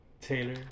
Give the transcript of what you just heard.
Taylor